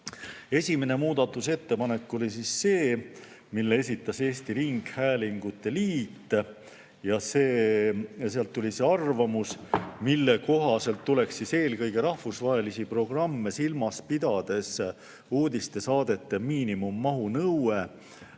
Esimene muudatusettepanek oli see, mille esitas Eesti Ringhäälingute Liit, ja sealt tuli arvamus, mille kohaselt tuleks eelkõige rahvusvahelisi programme silmas pidades uudistesaadete miinimummahu nõuet